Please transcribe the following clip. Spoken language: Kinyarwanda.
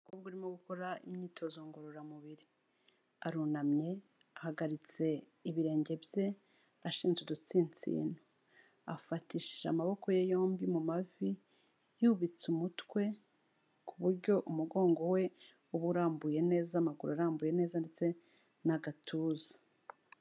Umukobwa urimo gukora imyitozo ngororamubiri, arunamye ahagaritse ibirenge bye ashinje udutsinsino, afatishije amaboko ye yombi mu mavi, yubitse umutwe, ku buryo umugongo we uba urambuye neza, amaguru arambuye neza ndetse n'agatuza.